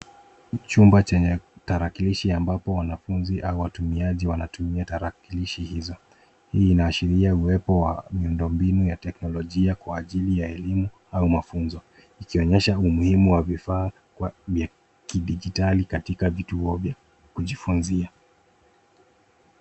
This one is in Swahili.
Ni chumba chenye tarakilishi ambapo wanafunzi au watumiaji wanatumia tarakilishi hizo. Hii inaashiria uwepo wa miundombinu ya teknolojia kwa ajili ya elimu au mafunzo. Ikionyesha umuhimu wa vifaa vya kidigitali katika vituo vya kujifunzia.